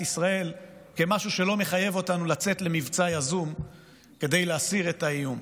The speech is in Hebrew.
ישראל כמשהו שלא מחייב אותנו לצאת למבצע יזום כדי להסיר את האיום.